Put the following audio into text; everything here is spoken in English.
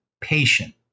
patient